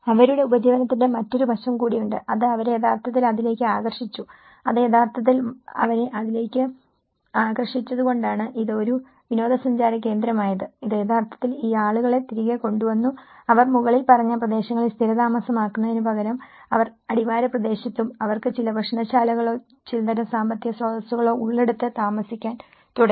അവരുടെ ഉപജീവനത്തിന്റെ മറ്റൊരു വശം കൂടിയുണ്ട് അത് അവരെ യഥാർത്ഥത്തിൽ അതിലേക്ക് ആകർഷിച്ചു അതുകൊണ്ടാണ് ഇത് ഒരു വിനോദസഞ്ചാര കേന്ദ്രമായത്ഇത് യഥാർത്ഥത്തിൽ ഈ ആളുകളെ തിരികെ കൊണ്ടുവന്നു അവർ മുകളിൽ പറഞ്ഞ പ്രദേശങ്ങളിൽ സ്ഥിരതാമസമാക്കുന്നതിനുപകരം അവർ അടിവാര പ്രദേശത്തും അവർക്ക് ചില ഭക്ഷണശാലകളോ ചിലതരം സാമ്പത്തിക സ്രോതസ്സുകളോ ഉള്ളിടത്ത് താമസിക്കാൻ തുടങ്ങി